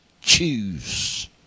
choose